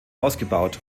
ausgebaut